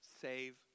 save